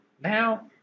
now